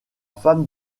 femme